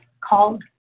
called